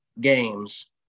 games